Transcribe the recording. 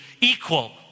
equal